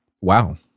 wow